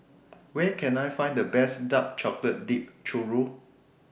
Where Can I Find The Best Dark Chocolate Dipped Churro